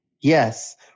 Yes